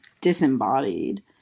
disembodied